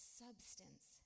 substance